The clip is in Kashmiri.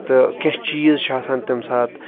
تہٕ کینٛہہ چیٖز چھِ آسان تمہِ ساتہٕ